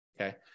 okay